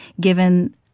given